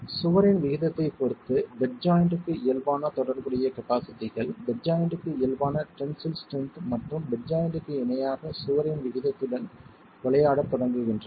சுவரின் விகிதத்தைப் பொறுத்து பெட் ஜாய்ண்ட்க்கு இயல்பான தொடர்புடைய கபாஸிட்டிகள் பெட் ஜாய்ண்ட்க்கு இயல்பான டென்சில் ஸ்ட்ரென்த் மற்றும் பெட் ஜாய்ண்ட்க்கு இணையாக சுவரின் விகிதத்துடன் விளையாடத் தொடங்குகின்றன